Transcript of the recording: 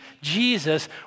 Jesus